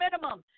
minimum